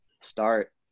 start